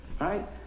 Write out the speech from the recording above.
Right